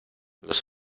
los